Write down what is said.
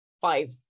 five